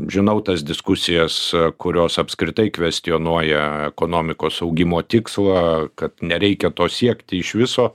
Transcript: žinau tas diskusijas kurios apskritai kvestionuoja ekonomikos augimo tikslą kad nereikia to siekti iš viso